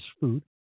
food